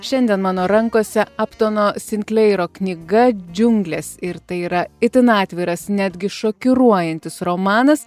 šiandien mano rankose abtono sinkleiro knyga džiunglės ir tai yra itin atviras netgi šokiruojantis romanas